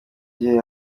gihe